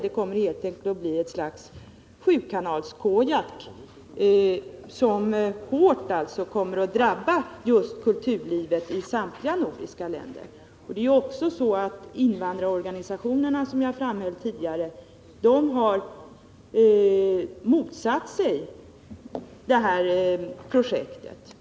Det kommer helt enkelt att bli ett slags 7-kanals-Kojak, en företeelse som hårt kommer att drabba just kulturlivet i samtliga nordiska länder. Också invandrarorganisationerna har, som jag framhöll tidigare, motsatt sig det här projektet.